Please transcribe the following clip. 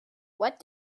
what